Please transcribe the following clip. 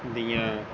ਦੀਆਂ